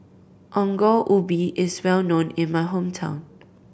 Ongol Ubi is well known in my hometown